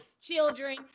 Children